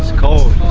cold.